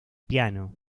piano